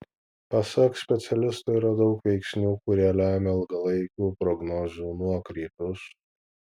pasak specialisto yra daug veiksnių kurie lemia ilgalaikių prognozių nuokrypius